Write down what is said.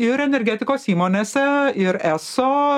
ir energetikos įmonėse ir eso